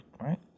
right